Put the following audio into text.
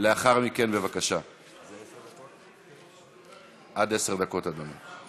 מבוקר עד לילה, קוראים לחרם, הרי